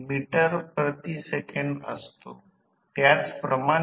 तर आणखी एक गोष्ट संख्यात्मक आहे याकडे आपण नंतर येऊ